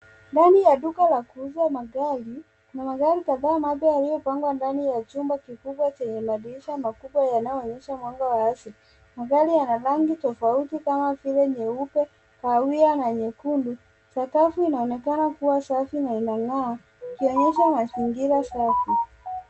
Ndani ya duka la kuuza magari na magari kadhaa mada yaliyopangwa ndani ya chumba kikubwa chenye madirisha makubwa yanayoonyesha mwanga wa asili. Magari yana rangi tofauti kama vile nyeupe, kahawia na nyekundu. Sakafu inaonekana kuwa safi na inangaa, ikionyesha mazingira safi.